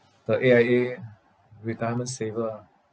the A_I_A retirement saver ah